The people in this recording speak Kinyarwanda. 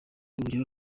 urugero